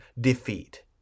defeat